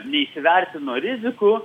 neįsivertino rizikų